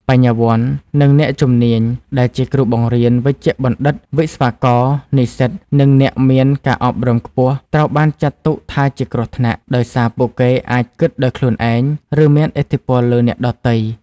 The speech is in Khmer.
បញ្ញវន្ត និងអ្នកជំនាញ ដែលជាគ្រូបង្រៀន វេជ្ជបណ្ឌិត វិស្វករ និស្សិត និងអ្នកមានការអប់រំខ្ពស់ ត្រូវបានចាត់ទុកថាជាគ្រោះថ្នាក់ ដោយសារពួកគេអាចគិតដោយខ្លួនឯង ឬមានឥទ្ធិពលលើអ្នកដទៃ។